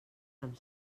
amb